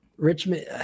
Richmond